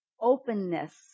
openness